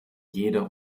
jeder